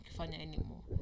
anymore